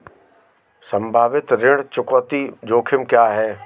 संभावित ऋण चुकौती जोखिम क्या हैं?